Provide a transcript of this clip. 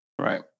right